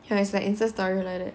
you know it's like insta story like that